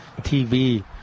TV